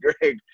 Greg